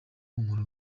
mpumuro